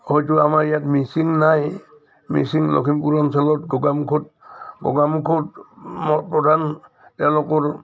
হয়তো আমাৰ ইয়াত মিচিং নাই মিচিং লখিমপুৰ অঞ্চলত গোগামুুখত গোগামুখত প্ৰধান তেওঁলোকৰ